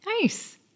Nice